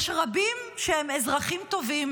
יש רבים שהם אזרחים טובים,